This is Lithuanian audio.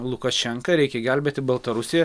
lukašenką reikia gelbėti baltarusiją